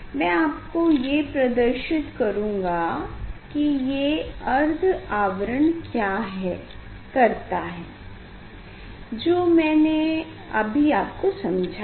मैं आपको ये प्रदर्शित करूँगा कि ये अर्ध आवरण क्या करता है जो मैने अभी आपको समझाया